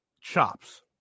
chops